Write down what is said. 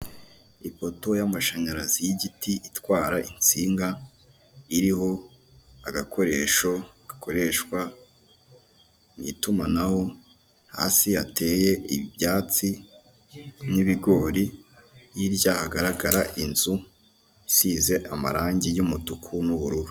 Ipoto y'amashanyarazi y'igiti, itwara insinga, iriho agakoresho gakoreshwa mu itumanaho, hasi hateye ibyatsi n'ibigori, hirya hagaragara inzu isize amarangi y'umutuku n'ubururu.